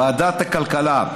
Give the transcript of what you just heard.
ועדת הכלכלה,